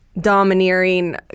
domineering